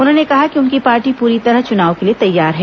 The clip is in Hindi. उन्होंने कहा कि उनकी पार्टी पूरी तरह चुनाव के लिए तैयार है